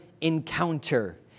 encounter